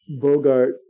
Bogart